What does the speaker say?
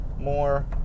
more